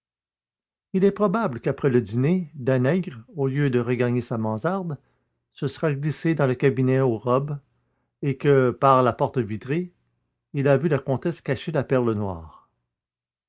il est probable qu'après le dîner danègre au lieu de regagner sa mansarde se sera glissé dans le cabinet aux robes et que par la porte vitrée il a vu la comtesse cacher la perle noire